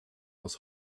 aus